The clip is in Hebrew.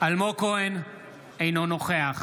אינו נוכח